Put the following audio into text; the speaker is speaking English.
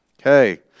Okay